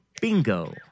Bingo